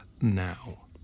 now